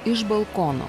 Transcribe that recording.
iš balkono